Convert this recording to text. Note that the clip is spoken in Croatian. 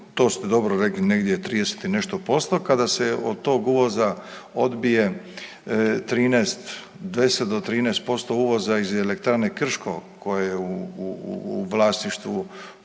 to ste dobro rekli, negdje 30 i nešto posto. Kada se od tog uvoza odbije 13, 10 do 13% uvoza iz Elektrane Krško koja je u vlasništvu,